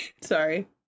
Sorry